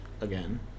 again